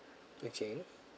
okay